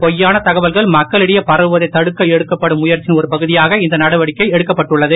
பொய்யான தகவல்கள் மக்களிடையே பரவுவதை தடுக்க எடுக்கப்படும் முயற்சியின் ஒரு பகுதியாக இந்த நடவடிக்கை எடுக்கப்பட்டுள்ளது